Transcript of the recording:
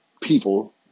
people